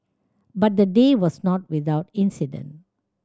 but the day was not without incident